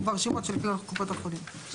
ברשימות של קופות החולים.